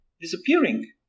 disappearing